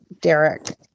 derek